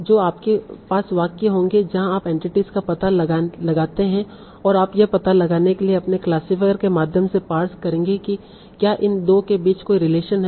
तो आपके पास वाक्य होंगे जहा आप एंटिटीस का पता लगाते हैं और आप यह पता लगाने के लिए अपने क्लासिफायर के माध्यम से पार्स करेंगे कि क्या इन 2 के बीच कोई रिलेशन है